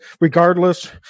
regardless